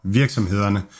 virksomhederne